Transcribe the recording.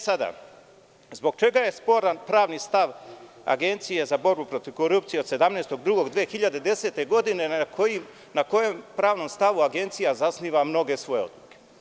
Sada, zbog čega je sporan pravni stav Agencije za borbu protiv korupcije od 17. februara 2010. godine, a na kojem pravnom stavu Agencija zasniva mnoge svoje odluke?